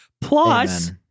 plus